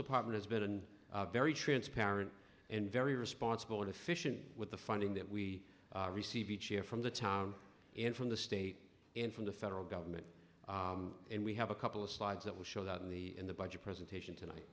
department has been very transparent and very responsible and efficient with the funding that we receive each year from the town and from the state and from the federal government and we have a couple of slides that will show that in the in the budget presentation to